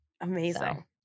Amazing